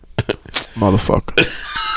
Motherfucker